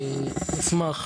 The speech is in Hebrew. אני אשמח,